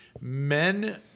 men